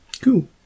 Cool